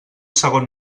segon